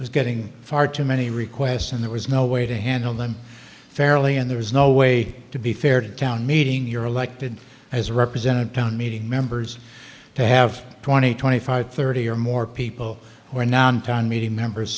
was getting far too many requests and there was no way to handle them fairly and there was no way to be fair to the town meeting your elected as represented town meeting members to have twenty twenty five thirty or more people or non town meeting members